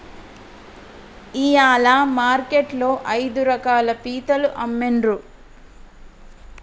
ఇయాల మార్కెట్ లో ఐదు రకాల పీతలు అమ్మిన్రు